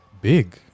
big